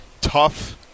tough